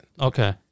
Okay